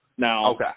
Now